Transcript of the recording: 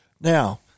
now